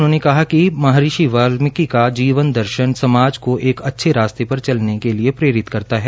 उन्होंने कहा कि महर्षि वाल्मीकि का जीवन दर्शन समाज को एक अच्छे रास्ते पर चलने के लिए प्रेरित करता है